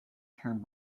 term